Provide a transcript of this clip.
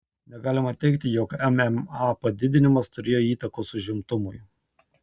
negalima teigti jog mma padidinimas turėjo įtakos užimtumui